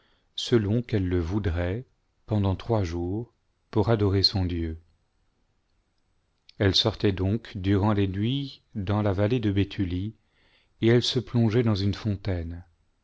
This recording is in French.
selon qu'elle le voudrait pendant trois jours pour adorer son dieu elle sortait donc durant les nuits dans la vallée de béthulie et elle se plongeait dans une fontaine